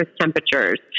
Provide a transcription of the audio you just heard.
temperatures